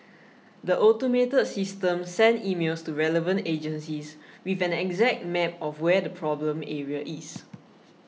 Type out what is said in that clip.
the automated system send emails to relevant agencies with an exact map of where the problem area is